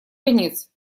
конец